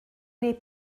wneud